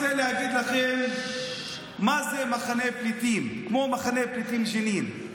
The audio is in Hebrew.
אני רוצה להגיד לכם מה זה מחנה פליטים כמו מחנה פליטים ג'נין.